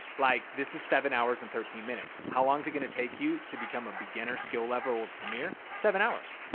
like this is seven hours and thirteen minutes. how long is it gonna take you to become a beginner skill level of premiere? seven hours.